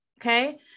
Okay